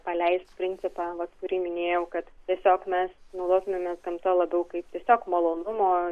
paleisk principą vat kurį minėjau kad tiesiog mes naudotumėmės gamta labiau kaip tiesiog malonumo